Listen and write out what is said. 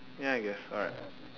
ya I guess alright